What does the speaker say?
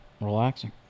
relaxing